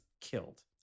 killed